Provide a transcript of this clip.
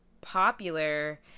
popular